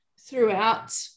throughout